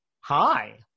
Hi